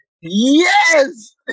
Yes